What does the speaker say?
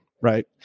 right